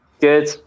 Good